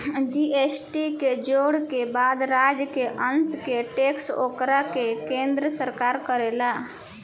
GST के जोड़े के बाद राज्य के अंस के टैक्स ओकरा के केन्द्र सरकार करेले